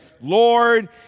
Lord